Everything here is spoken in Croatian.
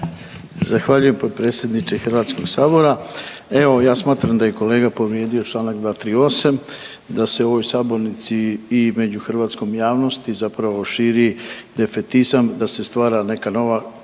Zahvaljujem potpredsjedniče Hrvatskoga sabora. Evo, ja smatram da je kolega povrijedio čl. 238 da se u ovoj sabornici i među hrvatskom javnosti zapravo širi defetizam, da se stvara neka nova